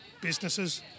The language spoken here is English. businesses